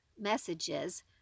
messages